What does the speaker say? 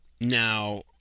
Now